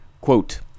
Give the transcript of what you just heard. Quote